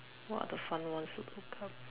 what are the fun ones to look up